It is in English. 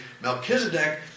Melchizedek